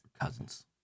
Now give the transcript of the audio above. cousins